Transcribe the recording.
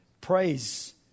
Praise